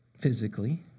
physically